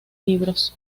libros